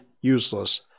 useless